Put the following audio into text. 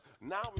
Now